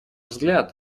взгляд